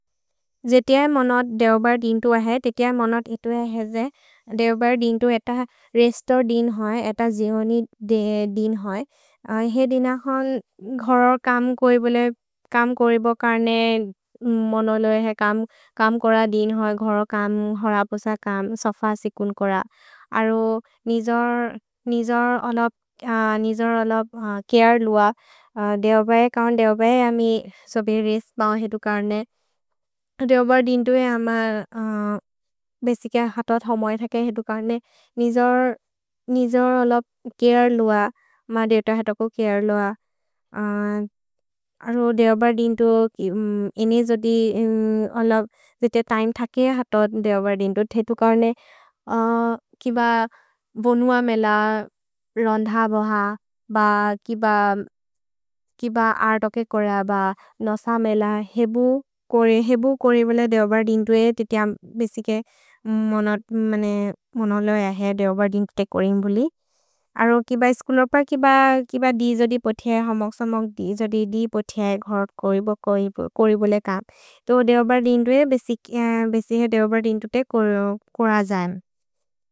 जेति अए मनत् देव्बर् दिन्तु अए, तेति अए मनत् इतु अए हेजे देव्बर् दिन्तु एत रेस्तोर् दिन् होइ, एत जिहोनि दे दिन् होइ। हेइ दिन् अखोन् घोरो कम् कोइ बोले कम् कोरिबो कर्ने, मनलो एहे कम् कोर दिन् होइ, घोरो कम्, होर पोस कम्, सफ सिकुन् कोर। अरो निजोर्, निजोर् अलप्, निजोर् अलप् चरे लुअ, देव्ब ए कौन् देव्ब ए अमि सभि रेस्त् बओ हेतु कर्ने। देव्बर् दिन्तु ए अम बेसिके हत थौमये थके हेतु कर्ने, निजोर्, निजोर् अलप् चरे लुअ, मा देत हत को चरे लुअ। अरो देव्बर् दिन्तु, इनि जोदि अलप् जिते तिमे थके हत देव्बर् दिन्तु थेतु कर्ने, किब बोनुअ मेल रन्ध बह ब किब, किब अर्तोके कोर ब नस मेल हेबु कोरे। हेबु कोरे बिल देव्बर् दिन्तु ए, तेति अम् बेसिके मनलो एहे देव्बर् दिन्तु ते कोरिन्ग् बुलि। अरो किब ए स्कुलोर् प, किब दि जोदि पोथे, हमोग् समोग् दि जोदि दि पोथे, घोरो कोरि बोले कम्। तो देव्बर् दिन्तु ए, बेसिके देव्बर् दिन्तु ते कोर जमे।